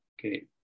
Okay